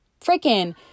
freaking